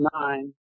nine